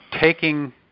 taking